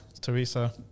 Teresa